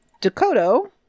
Dakota